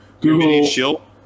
Google